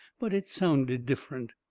but it sounded different.